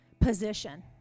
position